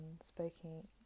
speaking